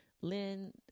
Lynn